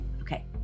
okay